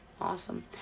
Awesome